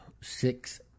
six